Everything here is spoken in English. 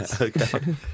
Okay